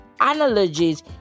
analogies